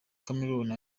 chameleone